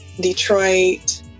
Detroit